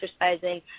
exercising